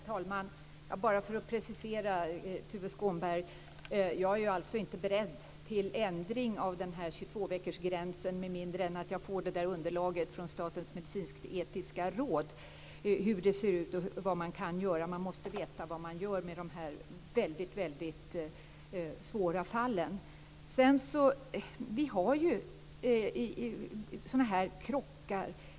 Herr talman! Jag vill precisera det Tuve Skånberg sade. Jag är inte beredd till en ändring av 22 veckorsgränsen med mindre än att jag får underlaget från Statens medicinsk-etiska råd om hur det ser ut och vad man kan göra. Man måste veta vad man gör med dessa väldigt svåra fall. Vi har sådana här krockar.